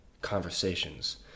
conversations